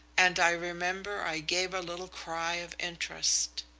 and i remember i gave a little cry of interest.